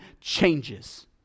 changes